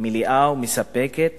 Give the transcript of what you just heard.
מלאה ומספקת